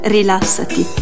Rilassati